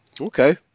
Okay